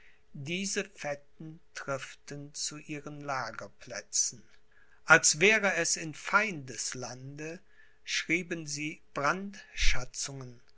diese fetten triften zu ihren lagerplätzen als wäre es in feindeslande schrieben sie brandschatzungen